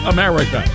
America